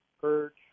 perch